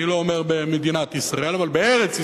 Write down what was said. אני לא אומר במדינת ישראל אבל בארץ-ישראל,